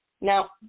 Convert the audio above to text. Now